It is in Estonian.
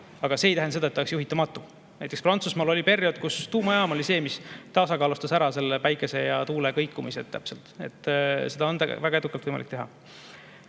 Aga see ei tähenda seda, et ta on juhitamatu. Näiteks Prantsusmaal oli periood, kus tuumajaam oli see, mis tasakaalustas täpselt ära päikese ja tuule kõikumised. Seda on väga edukalt võimalik teha.